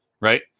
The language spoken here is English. Right